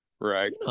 right